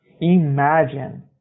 imagine